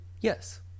Yes